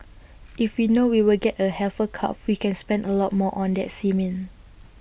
if we know we will get A heifer calf we can spend A lot more on that semen